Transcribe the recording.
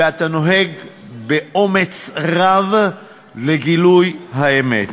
ואתה נוהג באומץ רב לגילוי האמת.